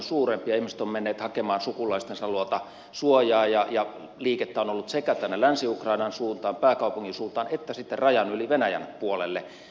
ihmiset ovat menneet hakemaan sukulaistensa luota suojaa ja liikettä on ollut sekä tänne länsi ukrainan suuntaan pääkaupungin suuntaan että sitten rajan yli venäjän puolelle